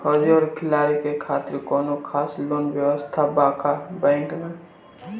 फौजी और खिलाड़ी के खातिर कौनो खास लोन व्यवस्था बा का बैंक में?